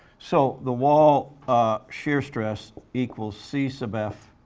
so, the wall shear stress equals c sub f